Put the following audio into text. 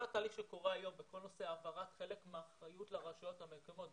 כל התהליך שקורה היום וכל נושא העברת חלק מהאחריות לרשויות המקומיות,